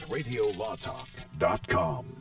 RadioLawTalk.com